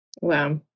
Wow